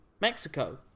Mexico